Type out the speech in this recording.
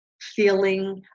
feeling